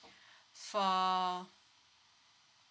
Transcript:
for